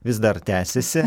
vis dar tęsiasi